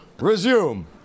Resume